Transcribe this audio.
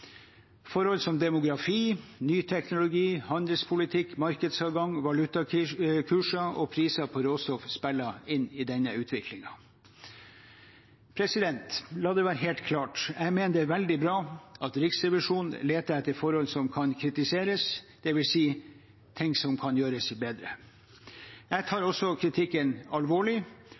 Forhold som demografi, ny teknologi, handelspolitikk, markedsadgang, valutakurser og priser på råstoff spiller inn i denne utviklingen. La det være helt klart: Jeg mener det er veldig bra at Riksrevisjonen leter etter forhold som kan kritiseres, det vil si ting som kan gjøres bedre. Jeg tar også kritikken alvorlig